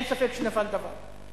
אין ספק שנפל דבר.